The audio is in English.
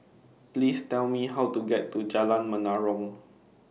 Please Tell Me How to get to Jalan Menarong